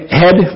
head